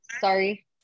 Sorry